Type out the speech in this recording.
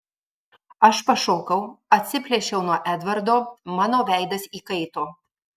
aš pašokau atsiplėšiau nuo edvardo mano veidas įkaito